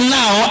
now